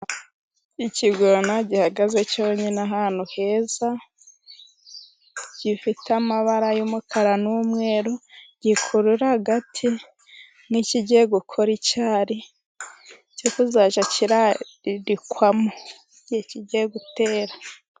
Ikigona gihagaze cyonyine ahantu heza. Gifite amabara y'umukara n'umweru. Gikurura agati nk'ikigiye gukora icyari cyo kuzajya kirarikwamo igihe kigiye gutera.